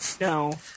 No